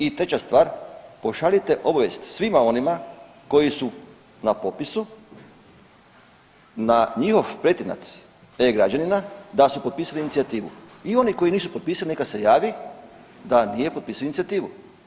I treća stvar, pošaljite obavijest svima onima koji su na popisu, na njihov pretinac e-građanina da su potpisali inicijativu i oni koji nisu potpisali neka se javi da nije potpisao inicijativu.